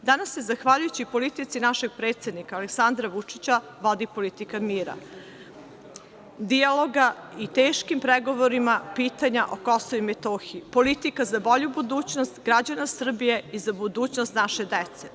Danas se, zahvaljujući politici našeg predsednika Aleksandra Vučića, vodi politika mira, dijaloga i teškim pregovorima pitanja o Kosovu i Metohiji, politika za bolju budućnost građana Srbije i za budućnost naše dece.